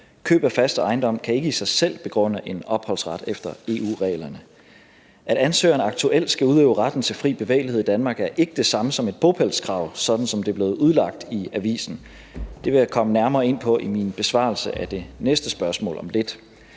Køb af fast ejendom kan ikke i sig selv begrunde en opholdsret efter EU-reglerne. At ansøgeren aktuelt skal udøve retten til fri bevægelighed i Danmark, er ikke det samme som et bopælskrav, som det er blevet udlagt i avisen. Det vil jeg komme nærmere ind på i min besvarelse af det næste spørgsmål om lidt.